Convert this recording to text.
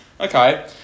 okay